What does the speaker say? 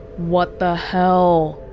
what the hell?